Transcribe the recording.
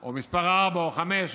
או מס' ארבע או חמש,